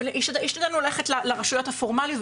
אבל השתדלנו ללכת לרשויות הפורמליות,